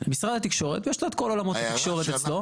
משרד התקשורת יש לו את כל עולמות התקשורת אצלו.